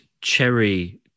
cherry